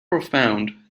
profound